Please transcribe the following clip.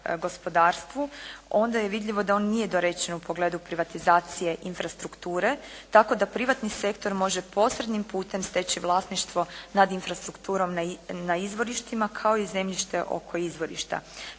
gospodarstvu onda je vidljivo da on nije dorečen u pogledu privatizacije infrastrukture tako da privatni sektor može posrednim putem steći vlasništvo nad infrastrukturom na izvorištima kao i zemljište oko izvorišta.